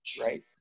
right